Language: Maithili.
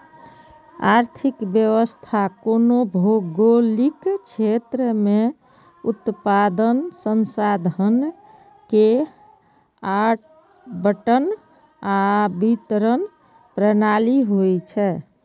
आर्थिक व्यवस्था कोनो भौगोलिक क्षेत्र मे उत्पादन, संसाधन के आवंटन आ वितरण प्रणाली होइ छै